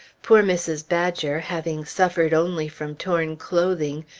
poor mrs. badger, having suffered only from torn clothing,